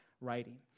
writing